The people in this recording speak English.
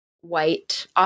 white